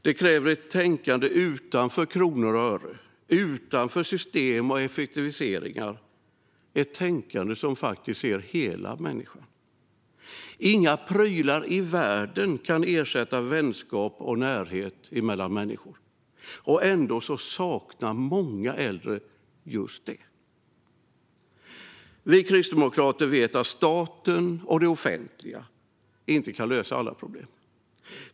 Det kräver ett tänkande bortom kronor och ören och bortom system och effektiviseringar - ett tänkande som faktiskt ser till hela människan. Inga prylar i världen kan ersätta vänskap och närhet mellan människor, och ändå saknar många äldre just det. Vi kristdemokrater vet att staten och det offentliga inte kan lösa alla problem.